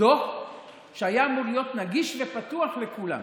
דוח שהיה אמור להיות נגיש ופתוח לכולם?